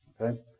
Okay